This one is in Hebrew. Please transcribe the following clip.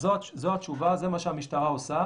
אז זו התשובה, זה מה שהמשטרה עושה,